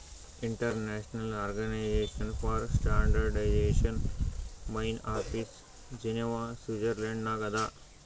international organization for standardization main office Geneva Switzerland ನಾಗ್ ಅದಾ